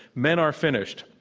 men are finished,